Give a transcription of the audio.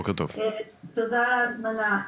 תודה על ההזמנה.